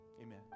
Amen